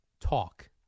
talk